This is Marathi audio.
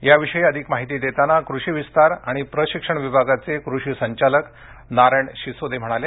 याविषयी अधिक माहिती देताना कृषीविस्तार आणि प्रशिक्षण विभागाचे कृषी संचालक नारायण शिसोदे म्हणाले